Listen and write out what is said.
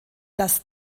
das